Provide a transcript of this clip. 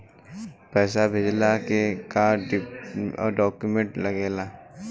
पैसा भेजला के का डॉक्यूमेंट लागेला?